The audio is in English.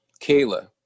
Kayla